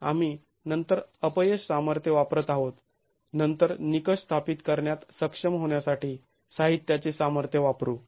आणि आम्ही नंतर अपयश सामर्थ्य वापरत आहोत नंतर निकष स्थापित करण्यात सक्षम होण्यासाठी साहित्याचे सामर्थ्य वापरु